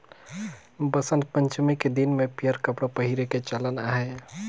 बसंत पंचमी के दिन में पीयंर कपड़ा पहिरे के चलन अहे